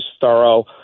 thorough